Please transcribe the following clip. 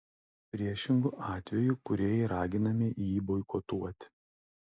priešingu atveju kūrėjai raginami jį boikotuoti